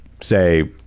Say